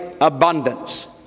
abundance